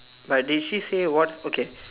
but they still say what okay